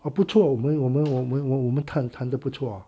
哦不错我们我们我们我们谈谈都不错哦